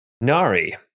Nari